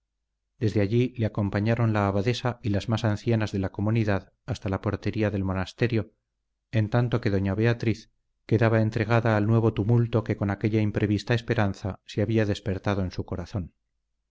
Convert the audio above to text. desde allí le acompañaron la abadesa y las más ancianas de la comunidad hasta la portería del monasterio en tanto que doña beatriz quedaba entregada al nuevo tumulto que con aquella imprevista esperanza se había despertado en su corazón